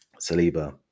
Saliba